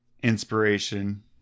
inspiration